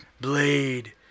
Blade